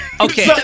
okay